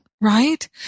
right